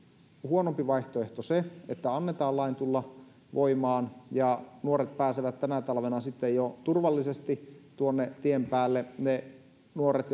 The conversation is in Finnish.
huonompi vaihtoehto se että annetaan lain tulla voimaan ja nuoret pääsevät tänä talvena sitten jo turvallisesti tuonne tien päälle ne nuoret